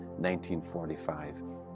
1945